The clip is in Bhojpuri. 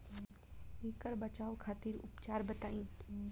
ऐकर बचाव खातिर उपचार बताई?